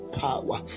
power